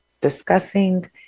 discussing